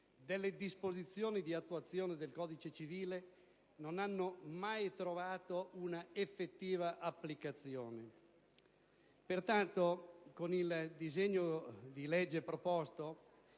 delle disposizioni di attuazione del codice civile, non hanno mai trovato una effettiva applicazione. Pertanto, con il disegno di legge da me proposto